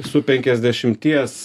su penkiasdešimties